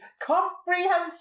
comprehensive